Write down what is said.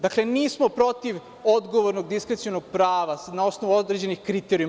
Dakle, nismo protiv odgovornog diskrecionog prava na osnovu određenih kriterijuma.